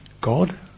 God